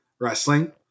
wrestling